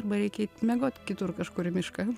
arba reikia miegot kitur kažkur į mišką